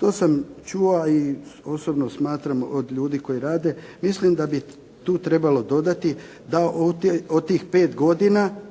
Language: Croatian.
To sam čuo a i osobno smatram od ljudi koji rade mislim da bi tu trebalo dodati da od tih pet godina